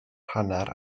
hanner